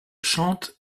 chante